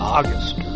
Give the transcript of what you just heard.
August